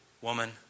woman